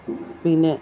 പിന്നെ